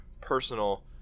personal